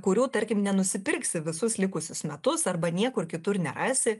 kurių tarkim nenusipirksi visus likusius metus arba niekur kitur nerasi